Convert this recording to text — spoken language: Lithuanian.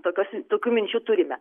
tokios tokių minčių turime